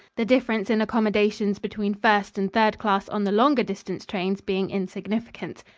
the difference in accommodations between first and third-class on the longer distance trains being insignificant.